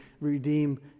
redeem